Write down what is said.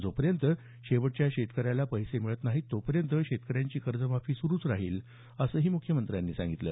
जोपर्यंत शेवटच्या शेतकऱ्याला पैसे पोहोचत नाहीत तोपर्यंत शेतकऱ्यांची कर्जमाफी सुरूच राहील असंही मुख्यमंत्र्यांनी सांगितलं